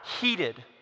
heated